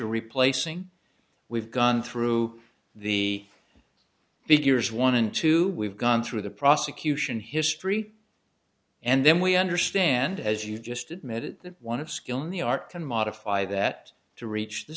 replacing we've gone through the figures one and two we've gone through the prosecution history and then we understand as you've just admitted that one of skill in the art can modify that to reach the